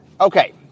Okay